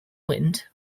wind